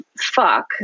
fuck